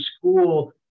school